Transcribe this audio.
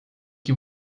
que